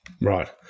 Right